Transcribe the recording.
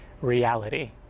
reality